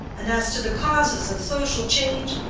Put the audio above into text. and as to the causes of social change,